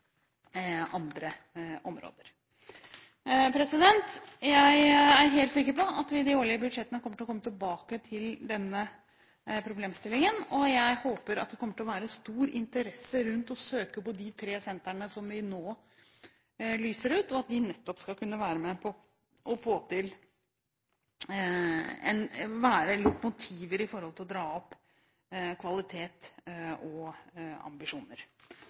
å komme tilbake til denne problemstillingen, og jeg håper at det kommer til å være stor interesse rundt å søke på de tre sentrene som vi nå lyser ut, og at de nettopp skal kunne være lokomotiver med tanke på å dra opp kvalitet og ambisjoner. Etter årets utlysingsrunde har vi altså gått fra ett til fire sentre fra 2011 og